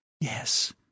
Yes